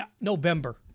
November